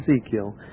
Ezekiel